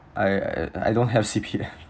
I I I don't have C_P_F